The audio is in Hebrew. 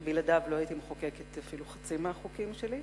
שבלעדיו לא הייתי מחוקקת אפילו חצי מהחוקים שלי,